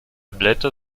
blätter